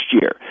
year